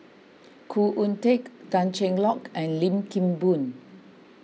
Khoo Oon Teik Tan Cheng Lock and Lim Kim Boon